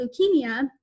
leukemia